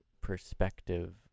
perspective